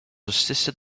assisted